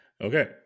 okay